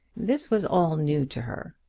this was all new to her.